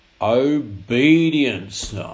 Obedience